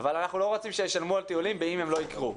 אבל אנחנו לא רוצים שישלמו על טיולים באם הם לא יקרו.